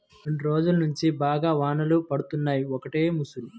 రెండ్రోజుల్నుంచి బాగా వానలు పడుతున్నయ్, ఒకటే ముసురు